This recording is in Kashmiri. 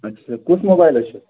اَچھا کُس موبایِل حظ چھُ